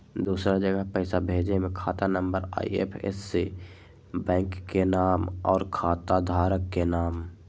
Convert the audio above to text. दूसरा जगह पईसा भेजे में खाता नं, आई.एफ.एस.सी, बैंक के नाम, और खाता धारक के नाम?